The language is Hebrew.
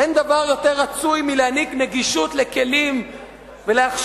אין דבר יותר רצוי מלהעניק גישה לכלים ולהכשרה